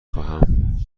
خواهم